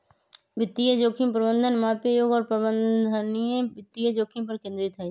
वित्तीय जोखिम प्रबंधन मापे योग्य और प्रबंधनीय वित्तीय जोखिम पर केंद्रित हई